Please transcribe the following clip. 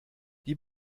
die